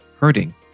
hurting